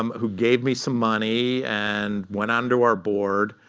um who gave me some money and went on to our board.